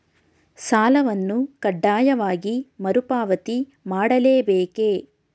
ಸಾಲವನ್ನು ಕಡ್ಡಾಯವಾಗಿ ಮರುಪಾವತಿ ಮಾಡಲೇ ಬೇಕೇ?